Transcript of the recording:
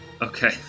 Okay